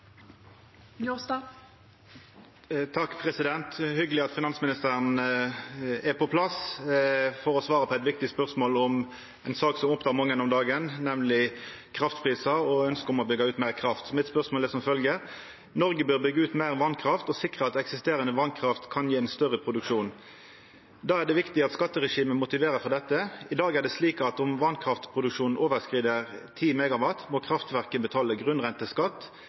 Njåstad. Det er hyggeleg at finansministeren er på plass for å svara på eit viktig spørsmål om ei sak som opptek mange om dagen, nemleg kraftprisar og ønsket om å byggja ut meir kraft. Spørsmålet mitt er som følgjer: «Norge bør bygge ut mer vannkraft og sikre at eksisterende vannkraft kan gi større produksjon. Da er det viktig at skatteregimet motiverer for dette. I dag er det slik at om vannkraftproduksjonen overskrider 10 MW, må kraftverket betale grunnrenteskatt.